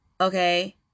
okay